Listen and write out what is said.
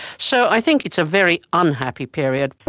so i think it's a very unhappy period.